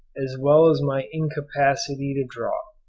as well as my incapacity to draw.